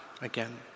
again